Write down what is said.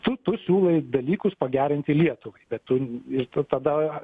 tu tu siūlai dalykus pagerinti lietuvai bet tu ir tada